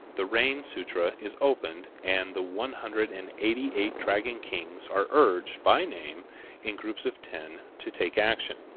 the rain sutra is opened and the one hundred and eighty-eight dragon kings are urged by name in groups of ten to take action.